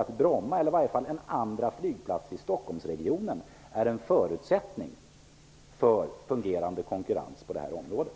att Bromma eller i varje fall en andra flygplats i Stockholmsregionen är en förutsättning för fungerande konkurrens på det här området.